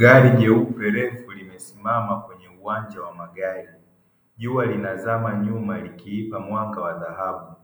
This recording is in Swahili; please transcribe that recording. Gari jeupe refu limesimama kwenye uwanja wa magari jua linazama nyuma likiupa mwanga wa dhahabu.